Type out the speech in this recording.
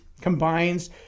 combines